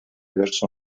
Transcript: verso